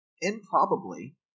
improbably